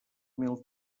mil